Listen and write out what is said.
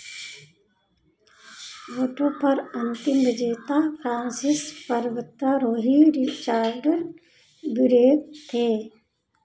veto पर अंतिम विजेता फ्रांसीस पर्वतारोही रिचर्ड विरेक थे